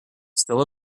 still